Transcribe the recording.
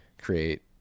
create